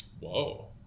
Whoa